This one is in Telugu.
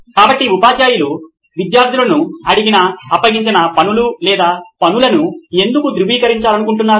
కాబట్టి ఉపాధ్యాయులు విద్యార్థులను అడిగిన అప్పగించిన పనులు లేదా పనులను ఎందుకు ధృవీకరించాలనుకుంటున్నారు